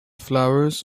flowers